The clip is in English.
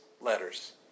letters